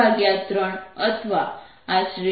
673 અથવા આશરે